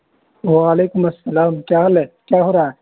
وعلیکم السّلام کیا حال ہے کیا ہو رہا ہے